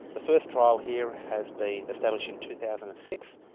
the first trial here has been established in two thousand and six,